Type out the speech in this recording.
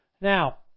Now